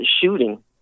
shooting